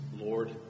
Lord